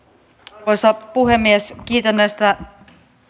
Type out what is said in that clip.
arvoisa puhemies kiitän näistä